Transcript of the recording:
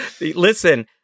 Listen